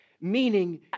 Meaning